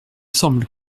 semble